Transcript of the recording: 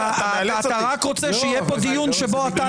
אתה רוצה שיהיה פה דיון שבו רק אתה